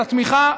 על התמיכה,